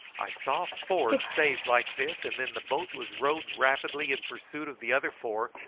i saw four saved like this, and then the boat was rowed rapidly in pursuit of the other four,